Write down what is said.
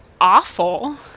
awful